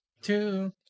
two